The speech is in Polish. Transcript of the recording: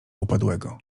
upadłego